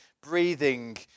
breathing